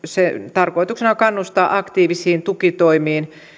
tarkoituksena on kannustaa aktiivisiin tukitoimiin